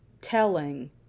telling